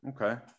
Okay